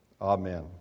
Amen